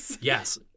Yes